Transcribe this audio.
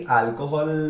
alcohol